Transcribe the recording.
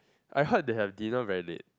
I heard they had dinner very late